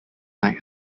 night